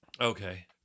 Okay